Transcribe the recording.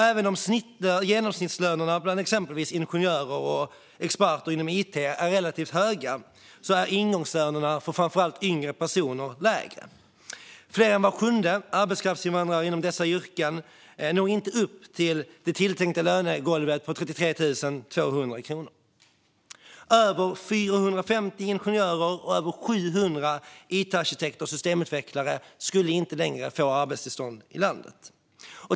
Även om genomsnittslönerna bland exempelvis ingenjörer och experter inom it är relativt höga är ingångslönerna för framför allt yngre personer lägre. Mer än var sjunde arbetskraftsinvandrare inom dessa yrken når inte upp till det tilltänkta lönegolvet på 33 200 kronor. Över 450 ingenjörer och över 700 it-arkitekter och systemutvecklare skulle inte längre få arbetstillstånd i landet.